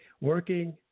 working